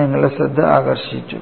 നിങ്ങളുടെ ശ്രദ്ധ ആകർഷിച്ചു